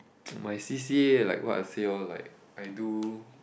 my C_C_A like what I say orh like I do